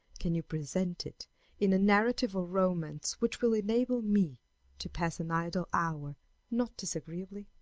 can you present it in a narrative or romance which will enable me to pass an idle hour not disagreeably?